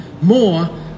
more